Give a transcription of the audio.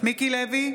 מיקי לוי,